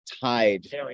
tied